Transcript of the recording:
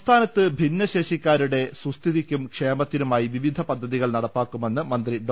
സംസ്ഥാനത്ത് ഭിന്നശേഷിക്കാരുടെ സുസ്ഥിതിക്കും ക്ഷേമത്തി നുമായി വിവിധ പദ്ധതികൾ നടപ്പാക്കുമെന്ന് മന്ത്രി ഡോ